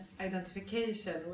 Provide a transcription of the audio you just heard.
identification